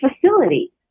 facility